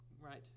right